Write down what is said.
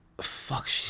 fuck